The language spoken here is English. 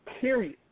period